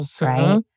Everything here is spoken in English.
right